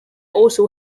also